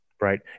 Right